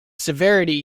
severity